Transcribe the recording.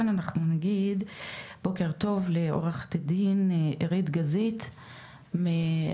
ולפני כן אנחנו נגיד בוקר טוב לעורכת הדין עירית גזית מאקי"ם.